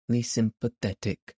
sympathetic